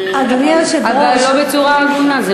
אדוני היושב-ראש, אבל לא בצורה הגונה.